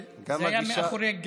אבל זה מאחורי גבי.